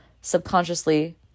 subconsciously